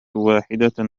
واحدة